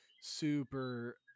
super